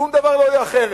שום דבר לא יהיה אחרת,